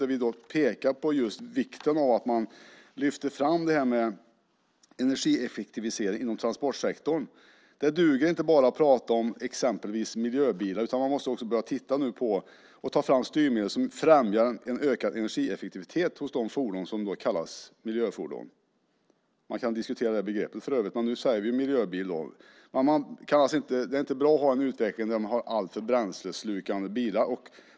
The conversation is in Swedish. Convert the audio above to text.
Där pekar vi på vikten av att man lyfter fram detta med energieffektivisering inom transportsektorn. Det duger inte att bara prata om exempelvis miljöbilar, utan man måste också börja titta på och ta fram styrmedel som främjar en ökad energieffektivitet hos de fordon som kallas miljöfordon. Man kan diskutera det begreppet för övrigt, men nu säger vi miljöbil. Det är inte bra att ha en utveckling där man har alltför bränsleslukande bilar.